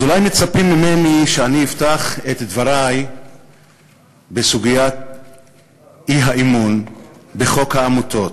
אז אולי מצפים ממני שאני אפתח את דברי בסוגיית האי-אמון בחוק העמותות,